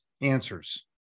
answers